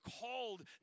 called